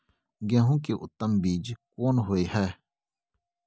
गेहूं के उत्तम बीज कोन होय है?